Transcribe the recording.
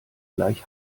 gleich